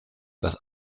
das